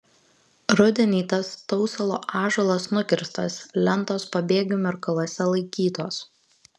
rudenį tas tausalo ąžuolas nukirstas lentos pabėgių mirkaluose laikytos